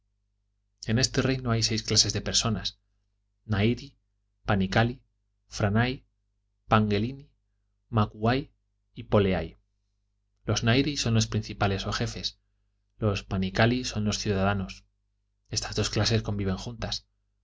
en este reino hay seis clases de personas nairi panicali franai pangelini macuai y poleai los nairi son los principales o jefes los panicali son los ciudadanos estas dos clases conviven juntas